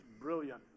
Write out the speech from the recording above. brilliant